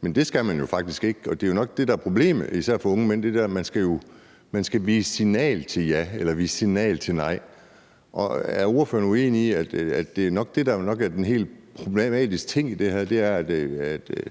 Men det skal man jo faktisk ikke, og det er nok det, der er problemet, især for unge mænd. Det er det der med, at man skal vise signal til ja eller vise signal til nej. Er ordføreren uenig i, at det nok er det, der er den helt problematiske ting i det her – altså, at det,